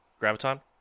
Graviton